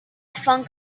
funk